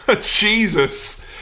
Jesus